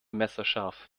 messerscharf